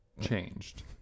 changed